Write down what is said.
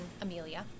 Amelia